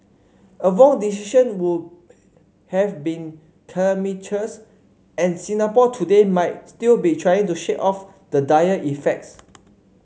a wrong decision would have been calamitous and Singapore today might still be trying to shake off the dire effects